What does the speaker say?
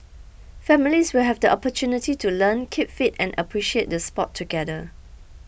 families will have the opportunity to learn keep fit and appreciate the sport together